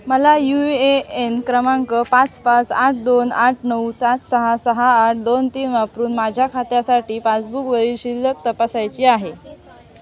मला U A N क्रमांक पाच पाच आठ दोन आठ नऊ सात सहा सहा आठ दोन तीन वापरून माझ्या खात्यासाठी पासबुकवरील शिल्लक तपासायची आहे